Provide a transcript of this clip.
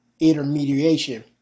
Intermediation